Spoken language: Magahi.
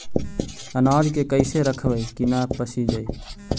अनाज के कैसे रखबै कि न पसिजै?